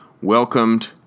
welcomed